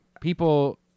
People